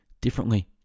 differently